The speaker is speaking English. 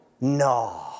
no